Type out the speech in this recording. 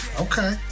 Okay